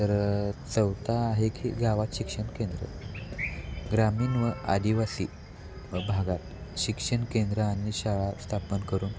तर चौथा आहे की गावात शिक्षण केंद्र ग्रामीण व आदिवासी भागात शिक्षण केंद्र आणि शाळा स्थापन करून